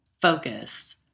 focus